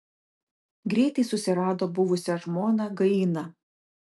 greitai susirado buvusią žmoną gainą